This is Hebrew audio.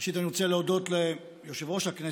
ראשית, אני רוצה להודות ליושב-ראש הכנסת,